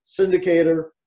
syndicator